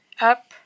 up